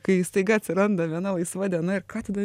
kai staiga atsiranda viena laisva diena ir ką tada